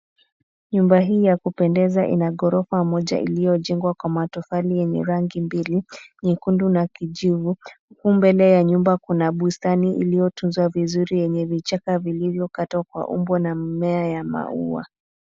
Nyumba hii ya kupendeza ina ghorofa moja iliyojengwa kwa matofali yenye rangi mbili: nyekundu na kijivu. Huku mbele ya nyumba kuna bustani iliyotunzwa vizuri yenye vichaka vilivyokatwa kwa umbo na mimea ya maua.